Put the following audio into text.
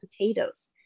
potatoes